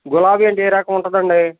గులాబీ అంటే ఏ రకం ఉంటుందండి